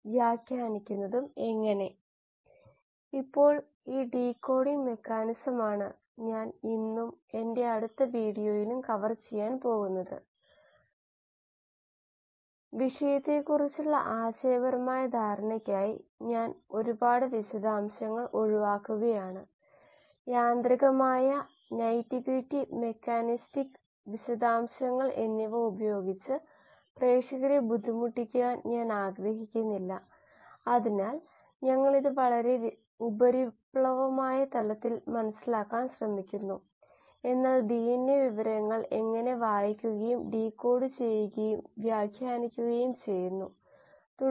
നമ്മൾ ആദ്യം ആരംഭിച്ചത് ഒരു ആമുഖ മൊഡ്യൂളിലാണ് പൂർണ്ണമായും അഞ്ച് മൊഡ്യൂളുകൾ ഉണ്ടായിരുന്നു ആദ്യത്തേത് ആമുഖ മൊഡ്യൂളായിരുന്നു രണ്ടാമത്തേത് ഒരു ബയോ റിയാക്ടറിൽ നിന്നുള്ള രണ്ട് പ്രധാന ഫലങ്ങൾ നോക്കി കോശങ്ങൾ സ്വയം അല്ലെങ്കിൽ ബയോമാസ് എന്നറിയപ്പെടുന്നവ അല്ലെങ്കിൽ കോശങ്ങൾ നിർമ്മിച്ച ഉൽപ്പന്നങ്ങൾ അല്ലെങ്കിൽ എൻസൈമാറ്റിക് രാസപ്രവർത്തനങ്ങളിലൂടെ